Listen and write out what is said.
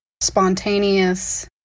spontaneous